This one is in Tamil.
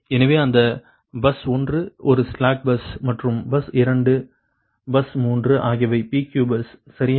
எனவே அது பஸ் 1 ஒரு ஸ்லாக் பஸ் மற்றும் பஸ் 2 மற்றும் பஸ் 3 ஆகியவை PQ பஸ் சரியா